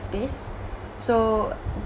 based so